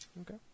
Okay